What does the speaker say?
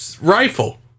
rifle